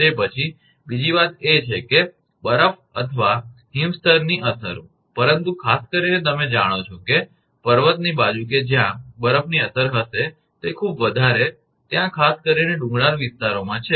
તે પછી બીજી વાત એ છે કે બરફ અથવા હિમ સ્તરની અસરો પરંતુ ખાસ કરીને તમે જાણો છો કે પર્વતની બાજુ કે જ્યાં બરફની અસર હશે તે ખૂબ વધારે ત્યાં ખાસ કરીને ડુંગરાળ વિસ્તારો માં છે